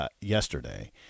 yesterday